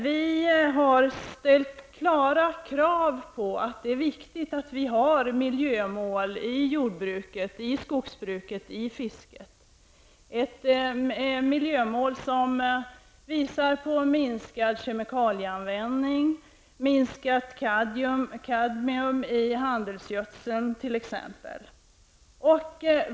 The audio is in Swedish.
Vi har ställt tydliga krav på att det är viktigt med miljömål i jordbruket, i skogsbruket och i fisket -- miljömål som innebär minskad kemikalieanvändning, minskat kadmium i handelsgödsel osv.